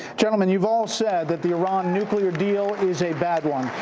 gentlemen, you've all said that the iran nuclear deal is a bad one.